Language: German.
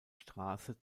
straße